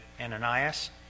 Ananias